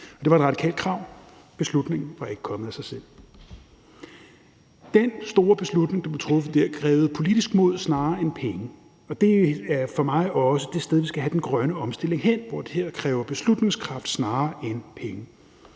det var et radikalt krav; beslutningen var ikke kommet af sig selv. Den store beslutning, der blev truffet der, krævede politisk mod snarere end penge, og det er for mig også det sted, vi skal have den grønne omstilling hen – hvor det kræver beslutningskraft snarere end penge.